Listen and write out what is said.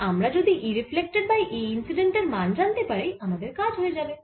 তাই আমরা যদি E reflected by E incident এর মান জানতে পারি আমাদের কাজ হয়ে যাবে